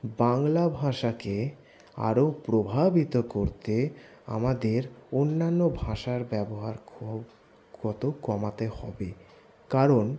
বাংলা ভাষাকে আরও প্রভাবিত করতে আমাদের অন্যান্য ভাষার ব্যবহার খুব কত কমাতে হবে কারণ